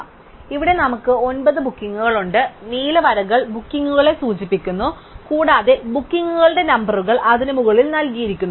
അതിനാൽ ഇവിടെ നമുക്ക് ഒൻപത് ബുക്കിംഗുകളുണ്ട് നീല വരകൾ ബുക്കിംഗുകളെ സൂചിപ്പിക്കുന്നു കൂടാതെ ബുക്കിംഗുകളുടെ നമ്പറുകൾ അതിനു മുകളിൽ നൽകിയിരിക്കുന്നു